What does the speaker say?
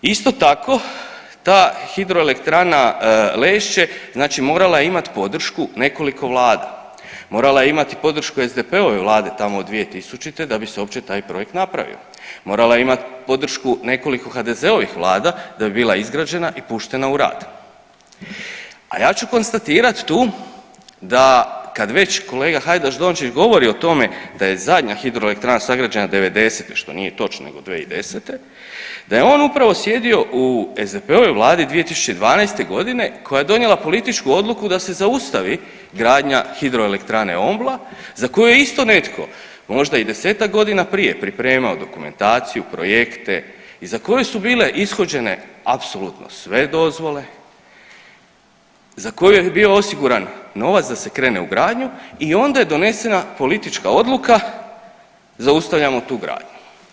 Isto tako ta Hidroelektrana Lešće znači morala je imat podršku nekoliko vlada, morala je imati podršku SDP-ove vlade tamo od 2000. da bi se uopće taj projekt napravio, morala je imat podršku nekoliko HDZ-ovih vlada da bi bila izgrađena i puštena u rad, a ja ću konstatirat tu da kad već kolega Hajdaš Dončić govori o tome da je zadnja hidroelektrana sagrađena '90.-te što nije točno nego 2010., da je on upravo sjedio u SDP-ovoj vladi 2012.g. koja je donijela političku odluku da se zaustavi gradnja Hidroelektrane Ombla za koju je isto netko možda i 10-tak godina prije pripremao dokumentaciju, projekte i za koju su bile ishođene apsolutno sve dozvole, za koju je bio osiguran novac da se krene u gradnju i onda je donesena politička odluka zaustavljamo tu gradnju.